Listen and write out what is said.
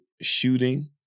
shooting